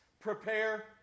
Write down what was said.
prepare